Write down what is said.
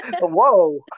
Whoa